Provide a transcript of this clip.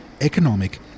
economic